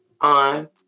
on